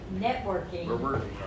networking